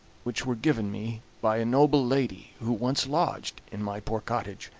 which were given me by a noble lady who once lodged in my poor cottage.